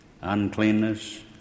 uncleanness